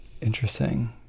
Interesting